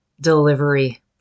delivery